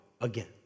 again